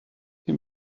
him